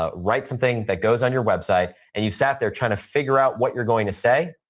ah right something that goes on your website, and you sat there trying to figure out what you're going to say,